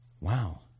Wow